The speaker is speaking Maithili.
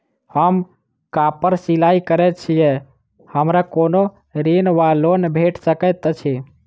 हम कापड़ सिलाई करै छीयै हमरा कोनो ऋण वा लोन भेट सकैत अछि?